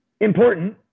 important